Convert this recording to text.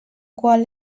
qual